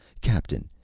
captain,